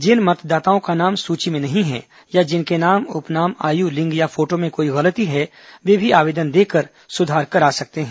जिन मतदाताओं का नाम मतदाता सूची में नहीं है या जिनके नाम उपनाम आयु लिंग या फोटो में कोई त्रुटि हैं वे भी आवेदन देकर सुधार करवा सकते हैं